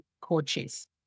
coaches